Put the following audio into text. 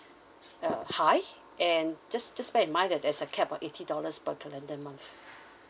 uh high and just just bear in mind that there's a cap of eighty dollars per calendar month